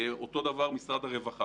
אותו דבר משרד הרווחה.